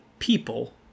People